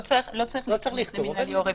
לא צריך לכתוב מנהלי או רפואי.